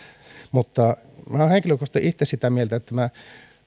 mutta minä olen itse henkilökohtaisesti sitä mieltä että minä